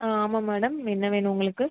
ஆ ஆமாம் மேடம் என்ன வேணும் உங்களுக்கு